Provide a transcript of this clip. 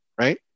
right